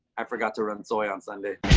i forgot to run soy on sunday.